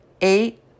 Eight